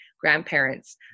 grandparents